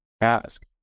ask